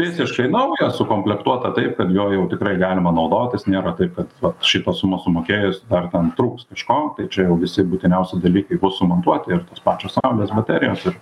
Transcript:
visiškai naują sukomplektuotą taip kad juo jau tikrai galima naudotis nėra taip kad vat šitą sumą sumokėjus dar ten trūks kažko tai čia jau visi būtiniausi dalykai bus sumontuoti ir tos pačios saulės baterijos ir